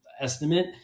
estimate